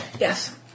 Yes